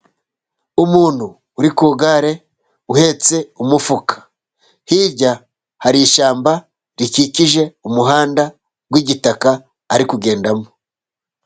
Umuntu uri ku igare uhetse umufuka. Hirya hari ishyamba rikikije umuhanda w'igitaka ari kugendamo.